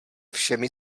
všemi